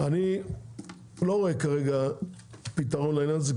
אני לא רואה כרגע פתרון לעניין הזה,